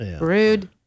Rude